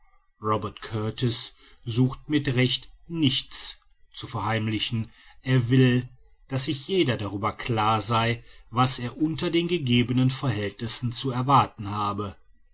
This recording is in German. robert kurtis sucht mit recht nichts zu verheimlichen er will daß sich jeder darüber klar sei was er unter den gegebenen verhältnissen zu erwarten habe